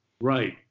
Right